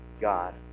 God